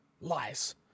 lies